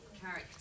character